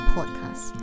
Podcast